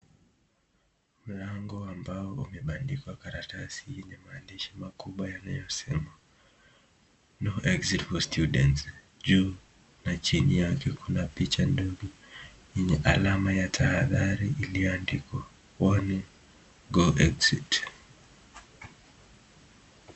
Mlango ambao umebandikwa karatasi yenye maandishi makubwa yenye maneno yanayosema no exit for students juu na chinin kuna picha ndogo yenye alama ya tahadhari iliyoandikwa warning no exit .